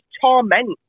torment